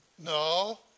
No